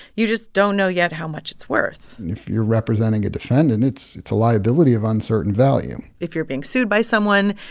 you just don't know yet how much it's worth and if you're representing a defendant, it's it's a liability of uncertain value if you're being sued by someone,